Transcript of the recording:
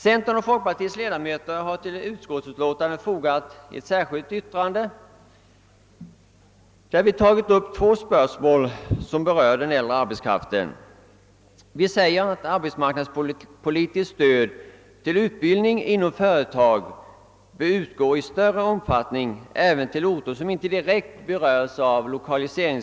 Centerns och folkpartiets ledamöter har till utskottsutiåtandet fogat ett särskilt yttrande där de tagit upp två spörsmål som berör den äldre arbetskraften. Vi säger för det första att arbetsmarknadspolitiskt stöd till utbildning inom företag bör utgå i större omfattning även till orter som inte direkt berörs av i1okaliseringspolitiska insatser.